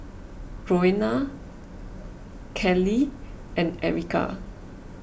Roena Keli and Erica